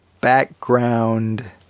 background